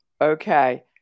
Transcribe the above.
okay